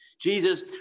Jesus